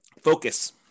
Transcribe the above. Focus